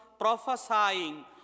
prophesying